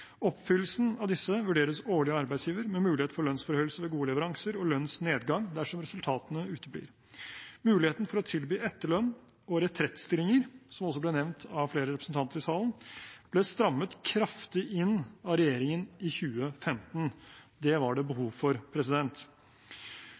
Oppfyllelsen av disse vurderes årlig av arbeidsgiver, med mulighet for lønnsforhøyelse ved gode leveranser og lønnsnedgang dersom resultatene uteblir. Muligheten for å tilby etterlønn og retrettstillinger, som også ble nevnt av flere representanter i salen, ble strammet kraftig inn av regjeringen i 2015. Det var det